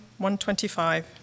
125